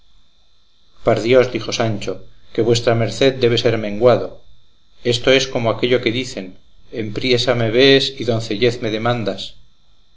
par dios dijo sancho que vuestra merced debe de ser menguado esto es como aquello que dicen en priesa me vees y doncellez me demandas